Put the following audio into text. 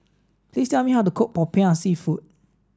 please tell me how to cook Popiah Seafood